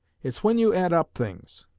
it's when you add up things.